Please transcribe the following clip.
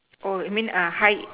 oh you mean uh high